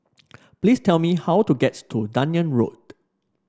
please tell me how to gets to Dunearn Road